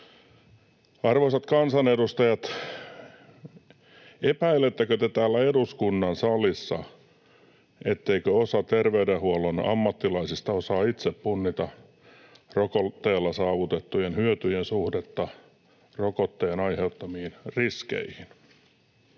Arvoisat kansanedustajat, epäilettekö te täällä eduskunnan salissa, etteikö osa terveydenhuollon ammattilaisista osaa itse punnita rokotteella saavutettujen hyötyjen suhdetta rokotteen aiheuttamiin riskeihin?